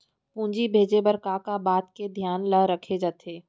पूंजी भेजे बर का का बात के धियान ल रखे जाथे?